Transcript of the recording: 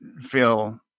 feel